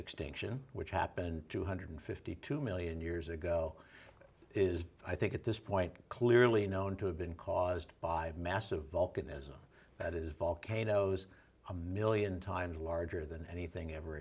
extinction which happened two hundred and fifty two million years ago is i think at this point clearly known to have been caused by massive vulcanism that is volcanoes a one million times larger than anything ever